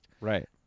Right